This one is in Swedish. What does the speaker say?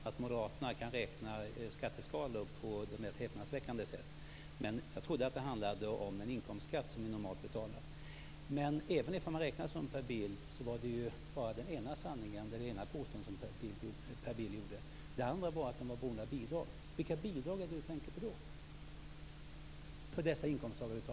Herr talman! Jag är medveten om att moderaterna kan räkna skatteskalor på de mest häpnadsväckande sätt. Men jag trodde att det handlade om den inkomstskatt som vi normalt betalar. Även om man räknar som Per Bill gjorde gällde det bara det ena påståendet. Det andra gällde att dessa inkomsttagare var beroende av bidrag. Vilka bidrag tänker Per Bill på?